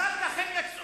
אחר כך הם יצאו.